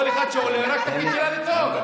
כל אחד שעולה, רק התפקיד שלה לצעוק.